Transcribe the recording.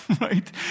right